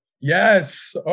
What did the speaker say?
Yes